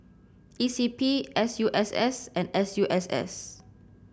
E C P S U S S and S U S S